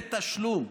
בתשלום,